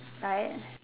right